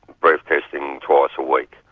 breath-testing twice a week.